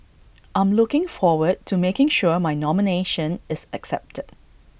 I'm looking forward to making sure my nomination is accepted